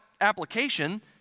application